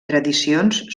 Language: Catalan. tradicions